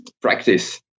practice